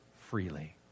freely